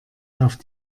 auf